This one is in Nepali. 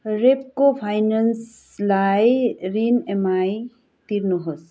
रेप्को फाइनेन्सलाई ऋण इएमआई तिर्नुहोस्